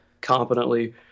competently